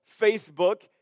Facebook